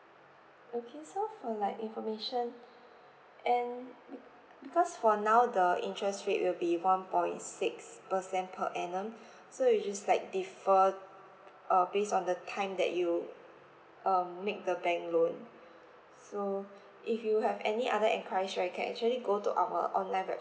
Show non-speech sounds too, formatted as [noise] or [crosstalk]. okay so for like information [breath] and be~ because for now the interest rate will be one point six percent per annum [breath] so you just like defer uh based on the time that you um make the bank loan [breath] so if you have any other enquiries right you can actually go to our online web